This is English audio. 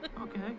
Okay